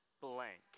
blank